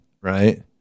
right